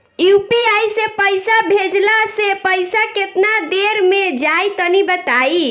UPI से पईसा भेजलाऽ से पईसा केतना देर मे जाई तनि बताई?